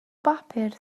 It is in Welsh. bapur